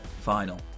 final